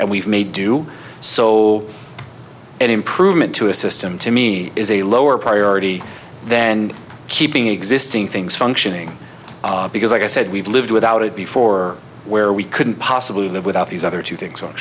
and we've made do so any improvement to a system to me is a lower priority than keeping existing things functioning because like i said we've lived without it before where we couldn't possibly live without these other two things